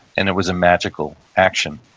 and it was a magical action,